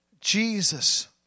Jesus